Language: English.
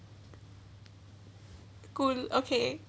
cool okay